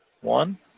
One